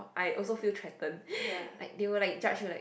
I also feel threatened like they will like judge you like